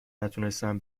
نتونستم